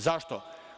Zašto?